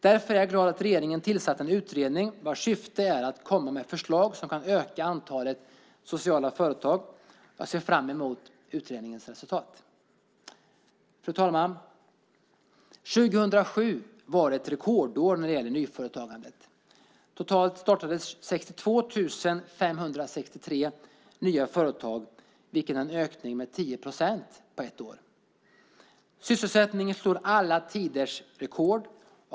Därför är jag glad att regeringen tillsatt en utredning vars syfte är att komma med förslag som kan öka antalet sociala företag. Jag ser fram emot utredningens resultat. Fru talman! År 2007 var ett rekordår när det gäller nyföretagandet. Totalt startades 62 563 nya företag, vilket är en ökning med 10 procent på ett år. Sysselsättningen slår alla tiders rekord.